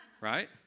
right